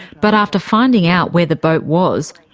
but after finding out where the boat was,